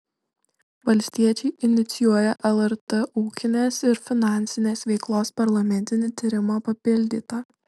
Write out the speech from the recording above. valstiečiai inicijuoja lrt ūkinės ir finansinės veiklos parlamentinį tyrimą papildyta